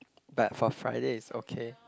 but for Friday it's okay